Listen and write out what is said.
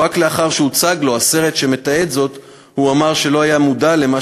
ורק לאחר שהוצג לו הסרט שמתעד זאת הוא אמר שלא היה מודע למה